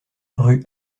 rue